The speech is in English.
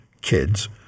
Kids